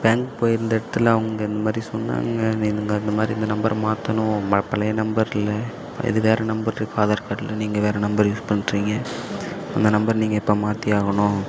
bank போய்ருந்த இடத்துல அவங்க இந்த மாதிரி சொன்னாங்க நீங்கள் இந்த மாதிரி இந்த நம்பரை மாற்றணும் ம பழைய நம்பர் இல்லை ப இது வேறு நம்பர் இருக்குது ஆதார் கார்டில் நீங்கள் வேறு நம்பர் யூஸ் பண்ணுறீங்க அந்த நம்பர் நீங்கள் இப்போ மாற்றி ஆகணும்